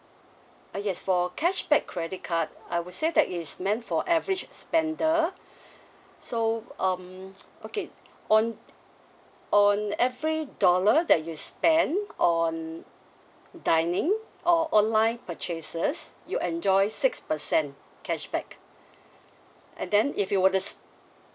ah yes for cashback credit card I would say that it's meant for average spender so um okay on on every dollar that you spend on dining or online purchasers you enjoy six percent cashback and then if you were to sp~